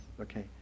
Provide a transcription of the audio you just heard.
okay